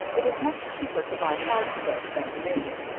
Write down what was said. it is much cheaper to buy hard soap than to make it.